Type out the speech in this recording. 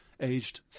aged